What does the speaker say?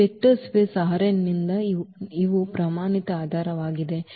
ಈ vector space ನಿಂದ ಇವು ಪ್ರಮಾಣಿತ ಆಧಾರವಾಗಿದೆ